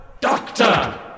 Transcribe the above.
Doctor